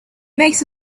makes